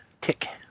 Tick